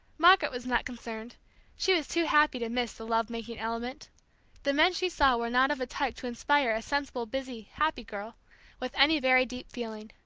margaret was not concerned she was too happy to miss the love-making element the men she saw were not of a type to inspire a sensible busy, happy, girl with any very deep feeling.